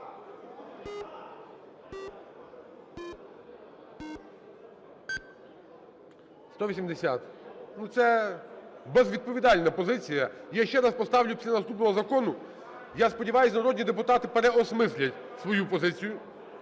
Ну, це безвідповідальна позиція. Я ще раз поставлю після наступного закону. Я сподіваюсь, народні депутати переосмислять свою позицію.